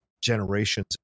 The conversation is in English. generations